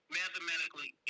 mathematically